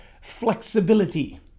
flexibility